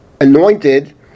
anointed